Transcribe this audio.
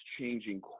changing